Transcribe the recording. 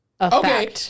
Okay